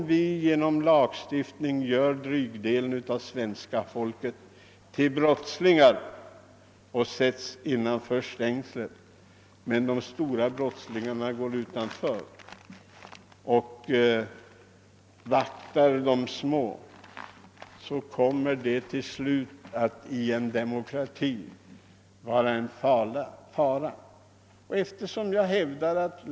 Att genom «lagstiftning göra drygdelen av svenska folket till brottslingar, som skall placeras bakom stängsel och vaktas av de stora brottslingarna där utanför, innebär en fara för demokratin.